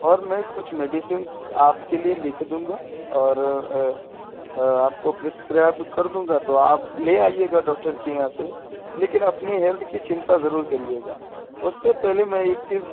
اور میں کچھ میڈیسینس آپ کے لیے لکھ دوں گا اور آپ کو پرسکرائیب کر دوں گا تو آپ لے آئیے گا ڈاکٹر کے یہاں سے لیکن اپنی ہیلتھ کی چنتا ضرور کریئے گا اس سے پہلے میں ایک چیز